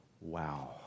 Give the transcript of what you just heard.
wow